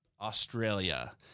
Australia